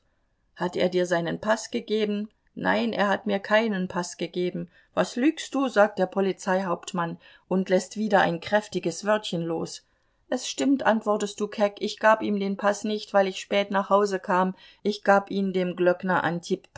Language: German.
hat er dir seinen paß gegeben nein er hat mir keinen paß gegeben was lügst du sagt der polizeihauptmann und läßt wieder ein kräftiges wörtchen los es stimmt antwortest du keck ich gab ihm den paß nicht weil ich spät nach hause kam ich gab ihn dem glöckner